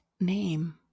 name